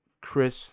Chris